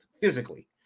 physically